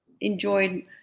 enjoyed